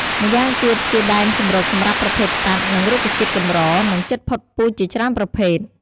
ម៉្យាងទៀតជាដែនជម្រកសម្រាប់ប្រភេទសត្វ និងរុក្ខជាតិកម្រ និងជិតផុតពូជជាច្រើនប្រភេទ។